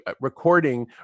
recording